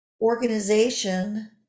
organization